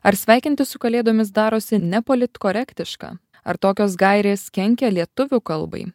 ar sveikinti su kalėdomis darosi nepolitkorektiška ar tokios gairės kenkia lietuvių kalbai